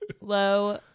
low